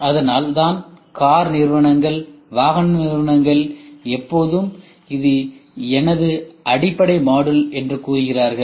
அதனால்தான் கார் நிறுவனங்கள் வாகன நிறுவனங்கள் எப்போதும் இது எனது அடிப்படை மாடுல் என்று கூறுகிறார்கள்